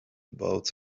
about